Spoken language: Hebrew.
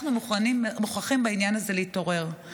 אנחנו מוכרחים להתעורר בעניין הזה.